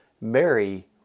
Mary